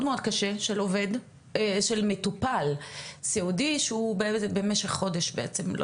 מאוד קשה של מטופל סיעודי שהוא במשך חודש בעצם לא